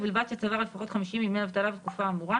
ובלבד שצבר לפחות 50 ימי אבטלה בתקופה האמורה: